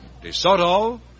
DeSoto